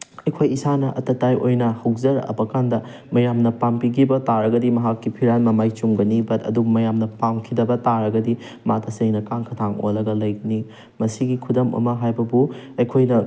ꯑꯩꯈꯣꯏ ꯏꯁꯥꯅ ꯑꯇꯇꯥꯏ ꯑꯣꯏꯅ ꯍꯧꯖꯔꯛꯑꯕ ꯀꯥꯟꯗ ꯃꯌꯥꯝꯅ ꯄꯥꯝꯕꯤꯒꯤꯕ ꯇꯥꯔꯒꯗꯤ ꯃꯍꯥꯛꯀꯤ ꯐꯤꯔꯥꯜ ꯃꯃꯥꯏ ꯆꯨꯝꯒꯅꯤ ꯕꯠ ꯑꯗꯨꯕꯨ ꯃꯌꯥꯝꯅ ꯄꯥꯝꯈꯤꯗꯕ ꯇꯥꯔꯒꯗꯤ ꯃꯥ ꯇꯁꯦꯡꯅ ꯀꯥꯡꯈ ꯊꯥꯡ ꯑꯣꯜꯂꯒ ꯂꯩꯒꯅꯤ ꯃꯁꯤꯒꯤ ꯈꯨꯗꯝ ꯑꯃ ꯍꯥꯏꯕꯕꯨ ꯑꯩꯈꯣꯏꯅ